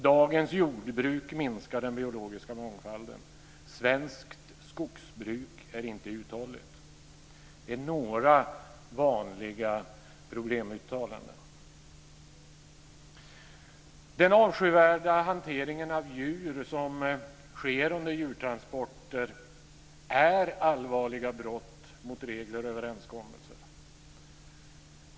Dagens jordbruk minskar den biologiska mångfalden. Svenskt skogsbruk är inte uthålligt. Det är några vanliga problemuttalanden. Den avskyvärda hanteringen av djur som sker under djurtransporter är allvarliga brott mot regler och överenskommelser.